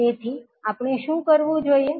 તેથી આપણે શું કરવું જોઈએ